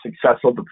Successful